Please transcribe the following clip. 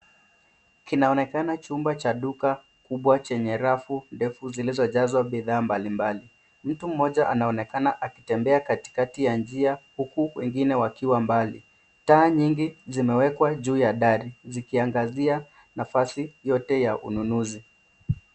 Kinaonekana chumba cha duka kubwa chenye rafu ndefu zilizojazwa bidhaa mbalimbali. Mtu mmoja anaonekana akitembea katikati ya njia huku wengine wakiwa mbali. Taa nyingi zimewekwa juu ya dari zikiangazia nafasi yote ya ununuzi.